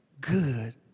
Good